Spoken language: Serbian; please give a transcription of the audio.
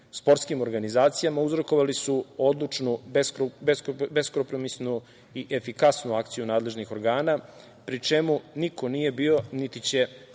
sportskim organizacijama uzrokovali su odlučnu, beskompromisnu i efikasnu akciju nadležnih organa, pri čemu niko nije bio niti će